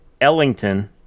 Ellington